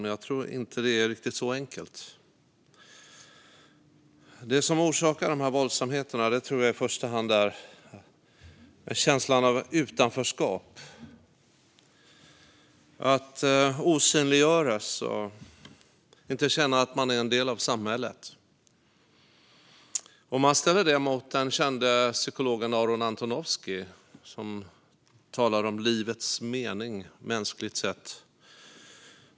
Men jag tror inte att det är riktigt så enkelt. Det som orsakar dessa våldsamheter tror jag i första hand är känslan av utanförskap, att man osynliggörs och inte känner att man är en del av samhället. Man kan ställa detta mot den kände psykologen Aaron Antonovsky, som talar om livets mening, mänskligt sett.